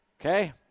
okay